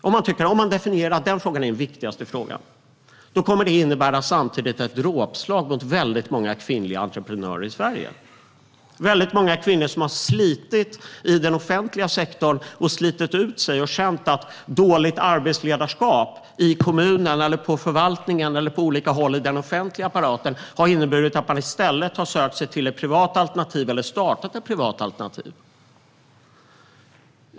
Om man definierar att det är den viktigaste frågan kommer det att innebära ett dråpslag mot väldigt många kvinnliga entreprenörer i Sverige. Väldigt många kvinnor som har slitit i den offentliga sektorn, slitit ut sig och känt att arbetsledarskapet varit dåligt i kommunen, inom förvaltningen eller på andra håll i den offentliga apparaten har i stället sökt sig till eller startat privata alternativ.